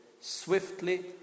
swiftly